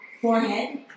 forehead